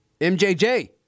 MJJ